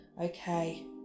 Okay